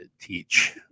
teach